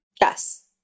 Yes